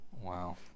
Wow